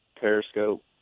Periscope